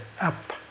up